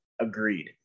Agreed